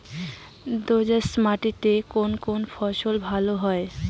দোঁয়াশ মাটিতে কোন কোন ফসল ভালো হয়?